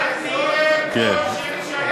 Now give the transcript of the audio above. תהיה קול של,